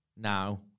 now